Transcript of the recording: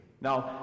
Now